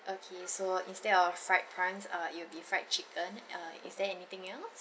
okay so instead of fried prawns uh it will be fried chicken uh is there anything else